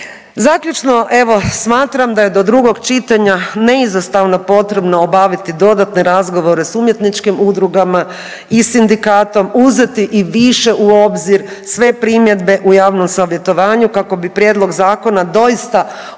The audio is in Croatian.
Zaključno evo smatram da je do drugog čitanja neizostavno potrebno obaviti dodatne razgovore s umjetničkim udrugama i sindikatom, uzeti i više u obzir sve primjedbe u javnom savjetovanju kako bi prijedlog zakona doista omogućio